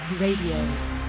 Radio